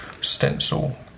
stencil